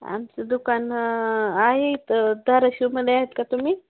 आमचं दुकान आहे इथं धाराशिवमध्ये आहेत का तुम्ही